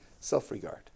self-regard